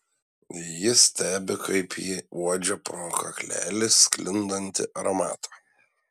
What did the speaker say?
jis stebi kaip ji uodžia pro kaklelį sklindantį aromatą